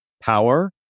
power